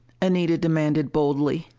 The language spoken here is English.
anita demanded boldly.